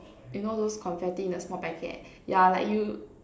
you know those confetti in a small packet ya like you